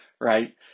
right